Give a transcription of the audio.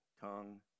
tongue